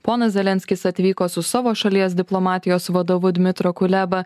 ponas zelenskis atvyko su savo šalies diplomatijos vadovu dmitru kuleba